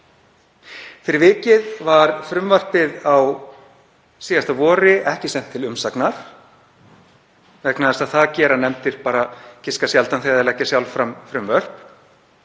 Fyrir vikið var frumvarpið á síðasta vori ekki sent til umsagnar, vegna þess að það gera nefndir giska sjaldan þegar þær leggja sjálf fram frumvörp.